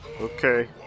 Okay